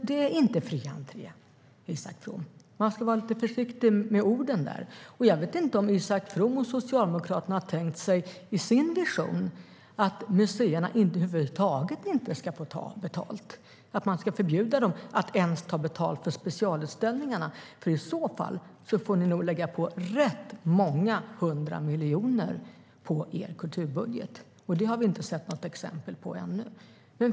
Det är inte fri entré, Isak From. Man ska vara lite försiktig med orden där. Jag vet inte om Isak From och Socialdemokraterna har tänkt sig i sin vision att museerna över huvud taget inte ska få ta betalt, att de ska förbjudas att ens ta betalt för specialutställningarna. I så fall får ni lägga på rätt många hundra miljoner på er kulturbudget. Det har vi inte sett något exempel på än.